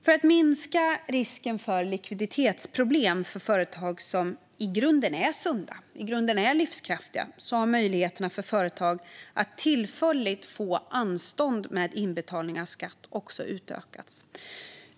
För att minska risken för likviditetsproblem för företag som i grunden är sunda och livskraftiga har möjligheterna för företag att tillfälligt få anstånd med inbetalning av skatt också utökats.